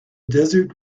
desert